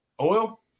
oil